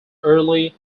early